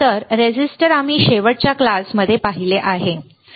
तर रेझिस्टर आम्ही शेवटच्या क्लासमध्ये पाहिले आहे बरोबर